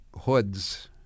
hoods –